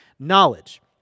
Knowledge